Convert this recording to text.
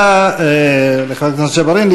תודה לחבר הכנסת ג'בארין.